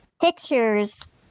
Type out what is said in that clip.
pictures